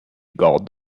god